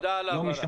תודה על ההבהרה.